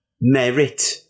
merit